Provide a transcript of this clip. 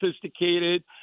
sophisticated